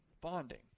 bonding